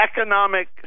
Economic